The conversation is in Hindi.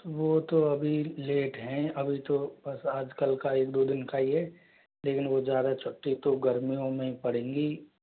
वो तो अभी लेट हैं अभी तो बस आज कल का एक दो दिन का ही है लेकिन ज़्यादा छुट्टी तो गर्मियों में ही पड़ेंगी